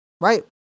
right